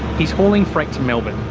he's hauling freight to melbourne.